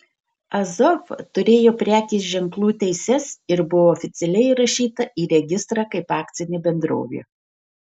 azov turėjo prekės ženklų teises ir buvo oficialiai įrašyta į registrą kaip akcinė bendrovė